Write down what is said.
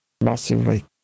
massively